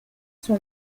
sua